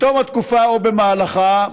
בתום התקופה או במהלכה,